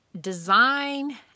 design